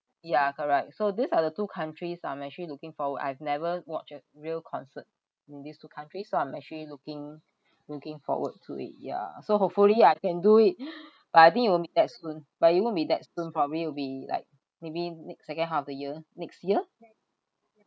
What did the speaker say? ya correct so these are the two countries I'm actually looking forward I've never watch a real concert in these two countries so I'm actually looking looking forward to it yeah so hopefully I can do it but I think it won't be that soon but it won't be that soon probably will be like maybe next second half of the year next year